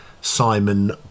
Simon